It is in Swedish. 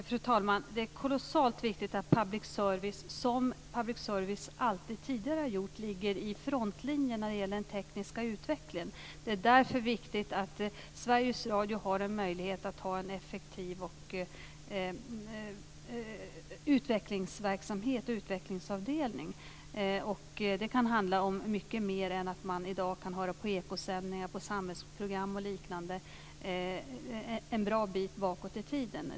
Fru talman! Det är kolossalt viktigt att public service som public service alltid tidigare har gjort ligger i frontlinjen när det gäller den tekniska utvecklingen. Det är därför viktigt att Sveriges Radio har en möjlighet att ha en effektiv utvecklingsverksamhet och utvecklingsavdelning. Det kan handla om mycket mer än att man i dag kan höra på Ekosändningar, på samhällsprogram och liknande från en bra bit bakåt i tiden.